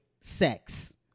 sex